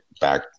back –